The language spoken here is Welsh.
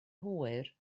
hwyr